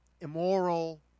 immoral